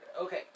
Okay